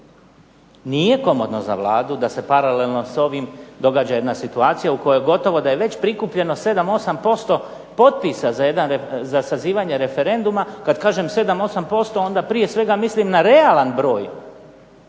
Nije komodno za Vladu da se paralelno s ovim događa jedna situacija u kojoj gotovo da je već prikupljeno 7, 8% potpisa za jedan, za sazivanje referenduma, kad kažem 7, 8% onda prije svega mislim na realan broj